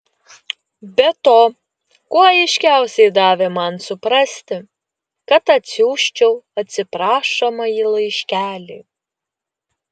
be to kuo aiškiausiai davė man suprasti kad atsiųsčiau atsiprašomąjį laiškelį